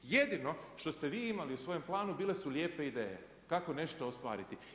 Jedino što ste vi imali u svojem planu, bile su lijepe ideje kako nešto ostvariti.